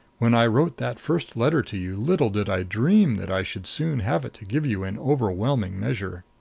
when i wrote that first letter to you, little did i dream that i should soon have it to give you in overwhelming measure.